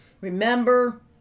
Remember